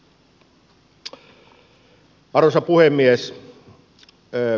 arvoisa puhemies